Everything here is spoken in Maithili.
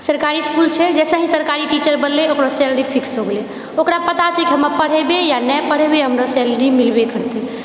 सरकारी इसकुल छै जैसेही सरकारी टीचर बनले ओकरो सैलरी फिक्स होगेलेै ओकरा पताछै हम पढ़ेबै नहि पढ़ेबै हमरा सैलरी मिलबे करतेै